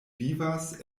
vivas